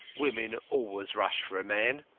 women always rush for a man.